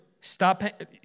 Stop